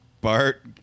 Bart